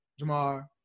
Jamar